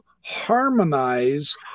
harmonize